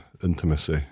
intimacy